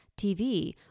TV